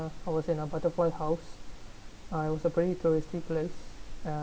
I was in a butterfly house uh it was a very touristy place